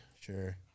Sure